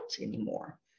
anymore